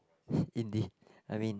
indeed I mean